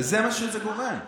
וזה מה שזה גורם.